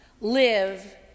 live